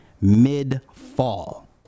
Mid-fall